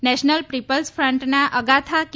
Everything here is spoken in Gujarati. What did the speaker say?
નેશનલ પીપલ્સ પાર્ટીના અગાથા કે